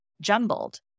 jumbled